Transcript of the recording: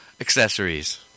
accessories